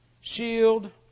shield